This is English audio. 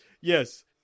yes